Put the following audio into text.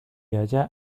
allá